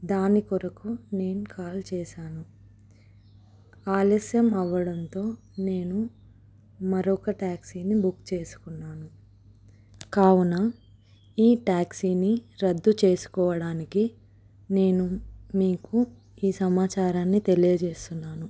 దాని కొరకు నేను కాల్ చేశాను ఆలస్యం అవ్వడంతో నేను మరొక టాక్సీని బుక్ చేసుకున్నాను కావున ఈ ట్యాక్సీని రద్దు చేసుకోవడానికి నేను మీకు ఈ సమాచారాన్ని తెలియజేస్తున్నాను